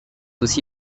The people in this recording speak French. aussi